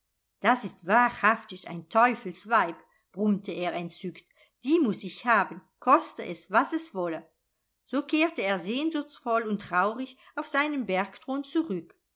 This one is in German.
das ist wahrhaftig ein teufelsweib brummte er entzückt die muß ich haben koste es was es wolle so kehrte er sehnsuchtsvoll und traurig auf seinen bergthron zurück